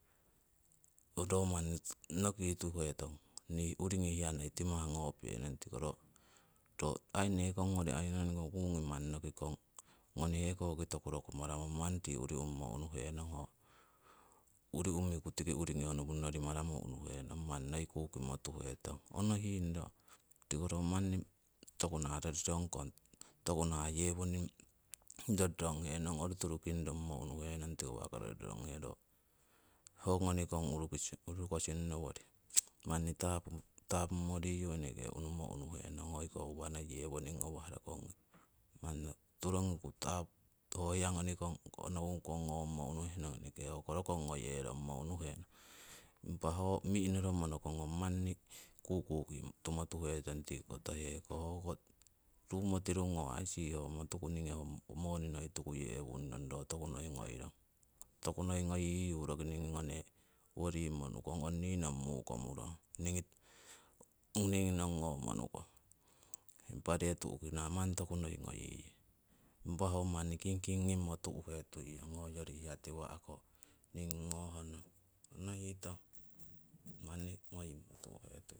Ro manni noki tuhetong nii uringi hiya noi timah ngopenong, tiko ro, ro aii nekong island ko kungi nohikong ngoni hekoki toku rokumaramong manni tii uri umumo unuhenong, ho uri umiku tiki uringi hongopori maramo unuhenong manni noi kukimo tuhetong onohing ro. Tiko ro manni toku nah rorirongkong, tukunah yewoning rorirong henong orutiru kingrommo unuhe ro tiko uwako rorironghe ro ho ngonikong urukosing nowori manni tapumoriyu eneke unumo unuhenong hoi ko uwana yewoning rokong ngi. Manni turongiku ho hiya ngonikong onohung kong ngommo unuhenong eneke hoko rokong ngoyerommo unuhenong, impa ho mi'noromo nohungong ro manni kukuki tuituhetong tiki koto heko, hoko ruumo tirungo sisihomo tuku niingi ho moni noi tukuyewung nong ro toku noi ngoirong, toku noi tukuyiyu roki niingi ngone owo rimo tukong ong nii nong mukomurong, niingi nong omo nukong. Impa ree tu'kina manni tokunoi ngoying ye. Impa ho manni kingking gimmo tu'hetuiyong hoyori tiwa' ko niingi ngohnong, onohitong?. Manni ngoying mo tu'hetuiyong